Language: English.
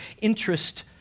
interest